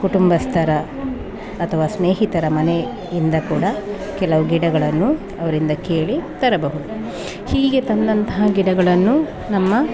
ಕುಟುಂಬಸ್ಥರ ಅಥವಾ ಸ್ನೇಹಿತರ ಮನೆಯಿಂದ ಕೂಡ ಕೆಲವು ಗಿಡಗಳನ್ನು ಅವರಿಂದ ಕೇಳಿ ತರಬಹುದು ಹೀಗೆ ತಂದಂತಹ ಗಿಡಗಳನ್ನು ನಮ್ಮ